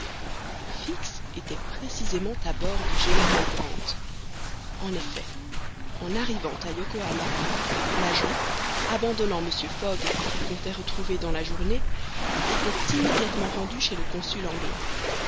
fix était précisément à bord du general grant en effet en arrivant à yokohama l'agent abandonnant mr fogg qu'il comptait retrouver dans la journée s'était immédiatement rendu chez le consul anglais